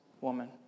woman